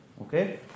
okay